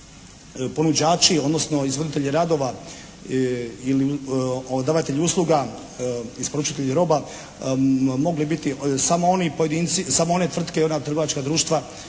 ponuđači odnosno izvoditelji radova ili davatelji usluga, isporučitelji roba mogli biti samo oni pojedinci, samo one tvrtke i ona trgovačka društva